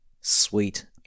sweet